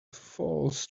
falls